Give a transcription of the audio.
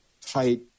tight